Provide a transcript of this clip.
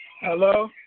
Hello